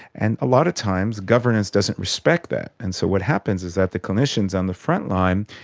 and a lot of times governance doesn't respect that, and so what happens is that the clinicians on the frontline,